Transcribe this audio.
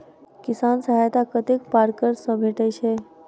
किसान सहायता कतेक पारकर सऽ भेटय छै?